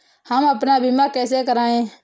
हम अपना बीमा कैसे कराए?